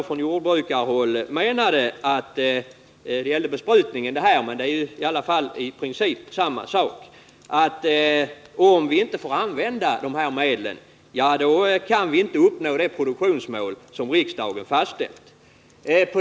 Från jordbrukarhåll har det då sagts om besprutningen —i princip är det samma sak med användningen av handelsgödsel — att om man inte får använda kemikalier så kan man inte uppnå det produktionsmål som riksdagen fastställt.